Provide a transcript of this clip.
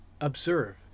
observe